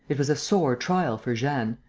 it was a sore trial for jeanne.